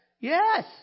Yes